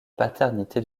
paternité